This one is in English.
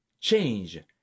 change